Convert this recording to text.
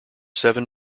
seven